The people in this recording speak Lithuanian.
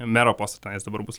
mero postą tenais dabar bus